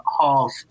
half